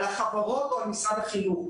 על החברות או על משרד החינוך?